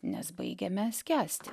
nes baigiame skęsti